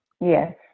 yes